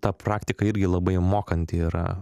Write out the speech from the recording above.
ta praktika irgi labai mokanti yra